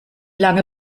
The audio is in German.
lange